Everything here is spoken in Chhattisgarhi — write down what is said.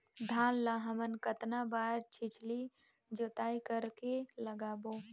धान ला हमन कतना बार छिछली जोताई कर के लगाबो?